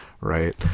Right